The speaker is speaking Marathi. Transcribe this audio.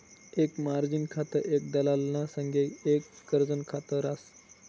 एक मार्जिन खातं एक दलालना संगे एक कर्जनं खात रास